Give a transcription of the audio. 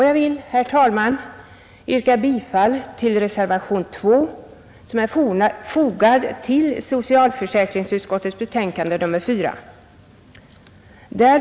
Jag vill, herr talman, yrka bifall till reservation 2 som är fogad till socialförsäkringsutskottets betänkande nr 4.